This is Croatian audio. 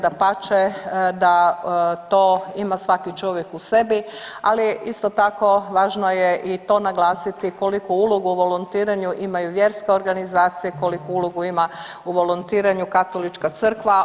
Dapače, da to ima svaki čovjek u sebi, ali isto tako važno je i to naglasiti koliku ulogu u volontiranju imaju vjerske organizacije, koliku ulogu ima u volontiranju katolička crkva.